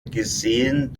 gesehen